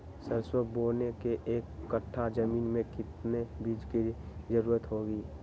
सरसो बोने के एक कट्ठा जमीन में कितने बीज की जरूरत होंगी?